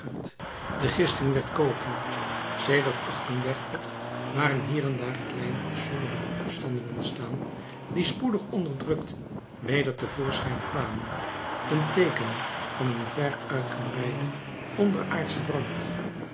de gisting werd koking sedert waren hier en daar kleine afzonderlijke opstanden ontstaan die spoedig onderdrukt weder te voorschijn kwamen een teeken van een ver uitgebreiden onderaardschen brand